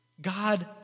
God